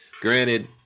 granted